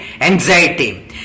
anxiety